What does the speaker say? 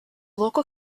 local